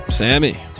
Sammy